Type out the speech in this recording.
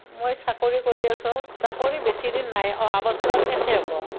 মই চাকৰি কৰি আছোঁ চাকৰি বেছি দিন নাই অহা বছৰত শেষেই হ'ব